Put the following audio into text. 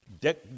Dick